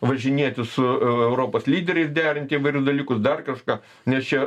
važinėti su europos lyderiais derinti įvairius dalykus dar kažką nes čia